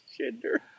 gender